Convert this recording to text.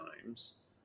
times